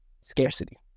scarcity